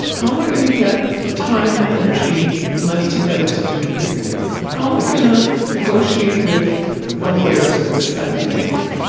how am i going to get the time the energy, the money together to do the visiting? how am i going to negotiate with the lawyers for this, that, and the other thing?